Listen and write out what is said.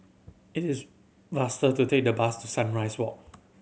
it is faster to take the bus to Sunrise Walk